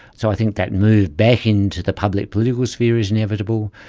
so i think that move back into the public political sphere is inevitable.